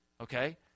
Okay